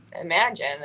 imagine